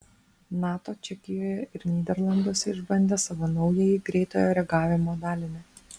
nato čekijoje ir nyderlanduose išbandė savo naująjį greitojo reagavimo dalinį